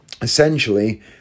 essentially